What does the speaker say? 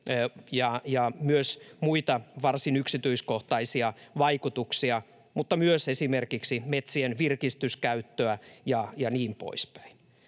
ja myös muita varsin yksityiskohtaisia vaikutuksia, mutta myös esimerkiksi metsien virkistyskäyttöä ja niin poispäin.